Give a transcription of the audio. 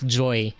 joy